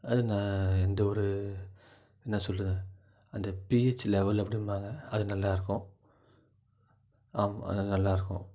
அது நான் எந்த ஒரு என்ன சொல்கிறது அந்த பிஹெச் லெவல் அப்படிம்பாங்க அது நல்லாயிருக்கும் அது நல்லாயிருக்கும்